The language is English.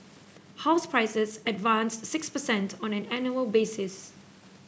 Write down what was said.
house prices advanced six per cent on an annual basis